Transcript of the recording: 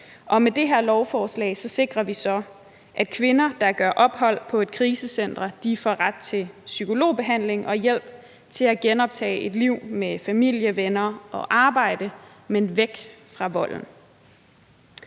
med det her lovforslag sikrer vi så, at kvinder, der gør ophold på et krisecenter, får ret til psykologbehandling og hjælp til at genoptage et liv med familie og venner og arbejde, men væk fra volden.